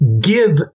give